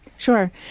Sure